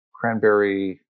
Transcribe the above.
cranberry